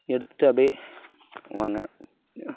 எடுத்துகிட்டு அப்டே வாங்க